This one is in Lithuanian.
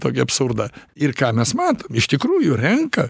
tokį absurdą ir ką mes mato iš tikrųjų renka